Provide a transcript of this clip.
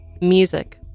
Music